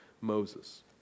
Moses